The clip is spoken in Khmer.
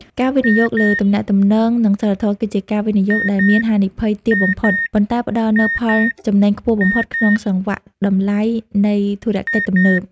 ការវិនិយោគលើ "ទំនាក់ទំនង និងសីលធម៌" គឺជាការវិនិយោគដែលមានហានិភ័យទាបបំផុត ប៉ុន្តែផ្ដល់នូវផលចំណេញខ្ពស់បំផុតក្នុងសង្វាក់តម្លៃនៃធុរកិច្ចទំនើប។